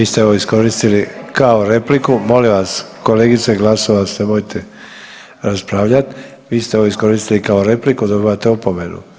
Vi ste ovo iskoristili kao repliku, molim vas kolegice Glasovac nemojte raspravljat, vi ste ovo iskoristili kao repliku dobivate opomenu.